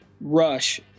Rush